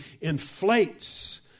inflates